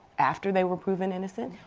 after they were proven innocent.